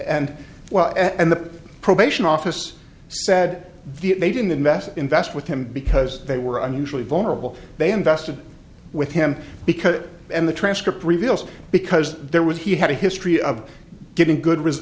and well and the probation office said the they didn't invest invest with him because they were unusually vulnerable they invested with him because the transcript reveals because there was he had a history of getting good